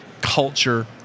culture